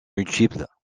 multiples